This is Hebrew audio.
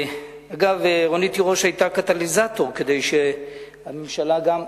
אגב, רונית תירוש היתה קטליזטור כדי שהממשלה גם,